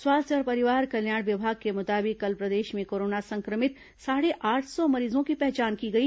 स्वास्थ्य और परिवार कल्याण विभाग के मुताबिक कल प्रदेश में कोरोना संक्रमित साढ़े आठ सौ मरीजों की पहचान की गई